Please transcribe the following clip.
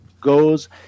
goes